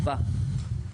ארבעה.